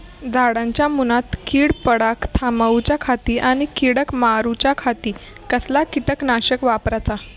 झाडांच्या मूनात कीड पडाप थामाउच्या खाती आणि किडीक मारूच्याखाती कसला किटकनाशक वापराचा?